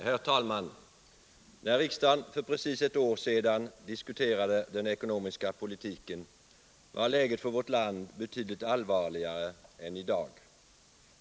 Herr talman! När riksdagen för precis ett år sedan diskuterade den ekonomiska politiken var läget för vårt land betydligt allvarligare än i dag.